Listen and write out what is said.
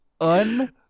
un